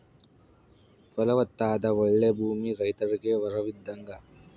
ಫಲವತ್ತಾದ ಓಳ್ಳೆ ಭೂಮಿ ರೈತರಿಗೆ ವರವಿದ್ದಂಗ